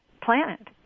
planet